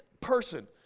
person